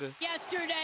Yesterday